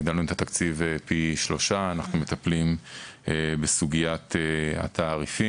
הגדלנו את התקציב פי שלושה ואנחנו מטפלים בסוגית התעריפים,